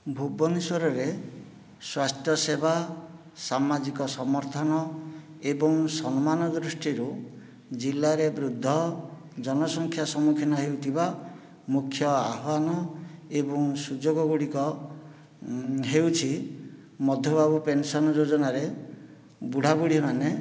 ଭୂବନେଶ୍ୱରରେ ସ୍ୱାସ୍ଥ୍ୟ ସେବା ସାମାଜିକ ସମର୍ଥନ ଏବଂ ସମ୍ମାନ ଦୃଷ୍ଟିରୁ ଜିଲ୍ଲାରେ ବୃଦ୍ଧ ଜନ ସଂଖ୍ୟା ସମ୍ମୁଖୀନ ହେଉଥିବା ମୁଖ୍ୟ ଆହ୍ୱାନ ଏବଂ ସୁଯୋଗ ଗୁଡ଼ିକ ହେଉଛି ମଧୁବାବୁ ପେନସନ୍ ଯୋଜନାରେ ବୁଢାବୁଢ଼ୀ ମାନେ